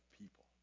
people